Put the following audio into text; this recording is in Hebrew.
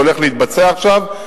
זה הולך להתבצע עכשיו,